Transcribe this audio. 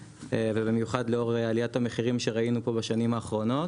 ובמיוחד לאור עליית המחירים שראינו פה בשנים האחרונות.